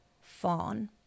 fawn